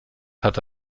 hatte